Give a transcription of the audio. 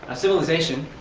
ah civilization,